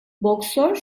boksör